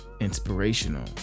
inspirational